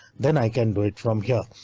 then i can do it from here.